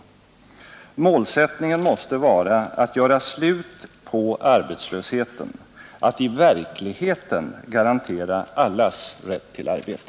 Målsättningen måste vara att göra slut på arbetslösheten, att i verkligheten garantera allas rätt till arbete.